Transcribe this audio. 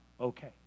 Okay